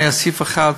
היה סעיף אחד,